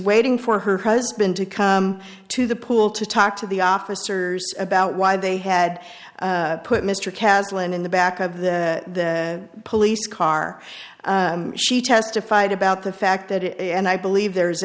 waiting for her husband to come to the pool to talk to the officers about why they had put mr catlin in the back of the police car she testified about the fact that and i believe there is